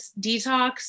detox